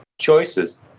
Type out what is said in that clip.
choices